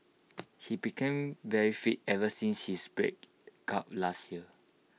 he became very fit ever since his breakup last year